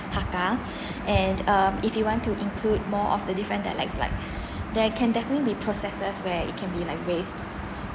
hakka and um if you want to include more of the different dialects like there can definitely be processes where it can be like raised